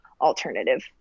alternative